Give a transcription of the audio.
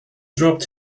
dropped